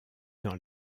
dans